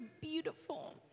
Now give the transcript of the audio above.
beautiful